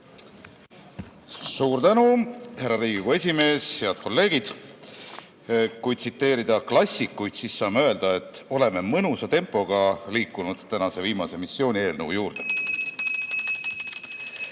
Suur tänu, härra Riigikogu esimees! Head kolleegid! Kui tsiteerida klassikuid, siis saame öelda, et oleme mõnusa tempoga liikunud tänase viimase missioonieelnõu juurde.